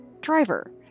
driver